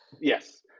Yes